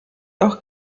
auch